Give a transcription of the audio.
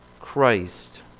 Christ